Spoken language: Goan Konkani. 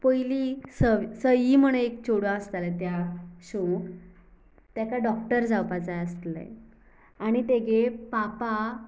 पयलीं स सई म्हणून एक चेडूं आसतालें त्या शोंक तेका डॉक्टर जावपा जाय आसलें आनी तेगे पापा